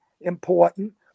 important